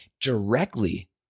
directly